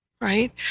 right